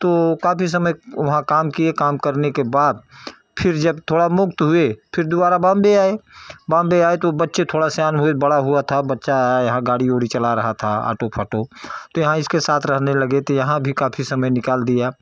तो काफ़ी समय वहाँ काम किए काम करने के बाद फिर जब थोड़ा मुक्त हुए फिर दोबारा बॉम्बे आए बॉम्बे आए तो बच्चे थोड़ा सयान हुए बड़ा हुआ था बच्चा आया यहाँ गाड़ी उड़ी चला रहा था ऑटो फाटो तो यहाँ इसके साथ रहने लगे थे यहाँ भी काफ़ी समय निकाल दिया